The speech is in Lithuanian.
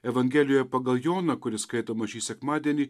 evangelijoj pagal joną kuris skaitomas šį sekmadienį